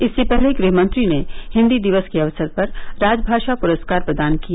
इससे पहले गृहमंत्री ने हिन्दी दिवस के अवसर पर राजभाषा पुरस्कार प्रदान किए